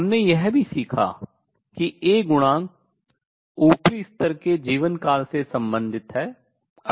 हमने यह भी सीखा कि A गुणांक ऊपरी स्तर के जीवनकाल से संबंधित है